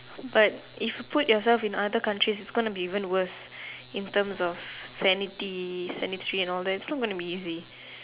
but if you put yourself in other countries it's gonna be even worse in terms of sanity sanitary and all that it's not gonna be easy